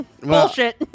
bullshit